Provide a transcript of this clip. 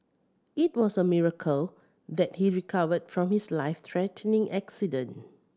it was a miracle that he recovered from his life threatening accident